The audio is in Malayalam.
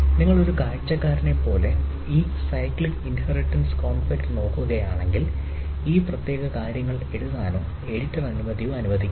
നിങ്ങൾ ഈ കാഴ്ചക്കാരനെപ്പോലെ ഈ സൈക്ലിക് ഇൻഹെറിറ്റൻസ് കോൺഫ്ലിക്റ് നോക്കുകയാണെങ്കിൽ ഈ പ്രത്യേക കാര്യങ്ങൾ എഴുതാനോ എഡിറ്റർ അനുമതിയോ അനുവദിക്കില്ല